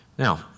Now